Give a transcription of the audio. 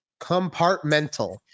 Compartmental